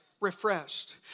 refreshed